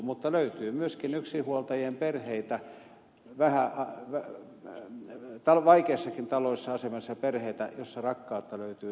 mutta löytyy myöskin yksinhuoltajien perheitä vaikeassakin taloudellisessa asemassa olevia perheitä joissa rakkautta löytyy ihailtavan paljon